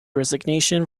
resignation